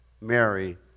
Mary